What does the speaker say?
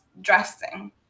dressing